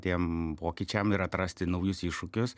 tiem pokyčiam ir atrasti naujus iššūkius